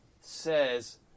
says